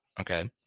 Okay